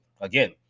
again